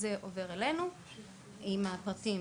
זה עובר אלינו ביחד עם הפרטים